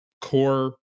core